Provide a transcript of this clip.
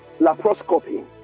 laparoscopy